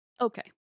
Okay